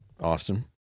Austin